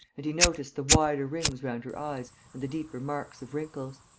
and he noticed the wider rings round her eyes and the deeper marks of wrinkles.